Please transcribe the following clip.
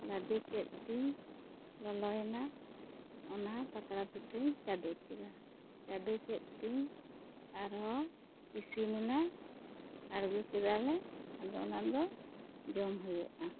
ᱞᱟᱫᱮ ᱠᱮᱫ ᱛᱤᱧ ᱞᱚᱞᱚᱭᱮᱱᱟ ᱚᱱᱟ ᱯᱟᱛᱲᱟ ᱯᱤᱴᱷᱟᱹᱧ ᱪᱟᱹᱰᱩ ᱠᱮᱫᱟ ᱪᱟᱹᱰᱩ ᱠᱮᱫ ᱛᱤᱧ ᱟᱨ ᱦᱚᱸ ᱤᱥᱤᱱ ᱮᱱᱟ ᱟᱬᱜᱩ ᱠᱮᱫᱟ ᱞᱮ ᱟᱫᱚ ᱚᱱᱟ ᱫᱚ ᱡᱚᱢ ᱦᱩᱭᱩᱜᱼᱟ